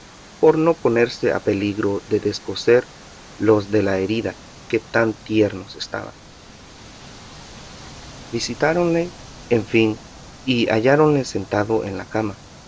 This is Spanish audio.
por no ponerse a peligro de descoser los de la herida que tan tiernos estaban visitáronle en fin y halláronle sentado en la cama